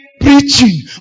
preaching